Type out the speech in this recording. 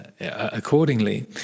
accordingly